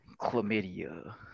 chlamydia